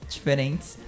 Diferentes